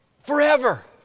Forever